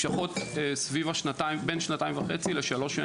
נמשכות בערך שנתיים וחצי-שלוש.